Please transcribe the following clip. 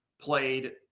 played